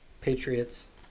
Patriots